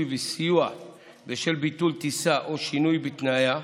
וסיוע בשל ביטול טיסה או שינוי בתנאיה),